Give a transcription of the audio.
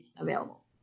available